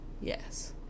yes